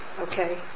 Okay